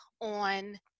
on